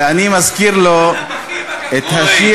ואני מזכיר לו, "אנא